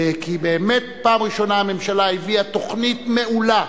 כי, באמת, פעם ראשונה הממשלה הביאה תוכנית מעולה,